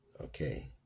Okay